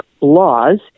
laws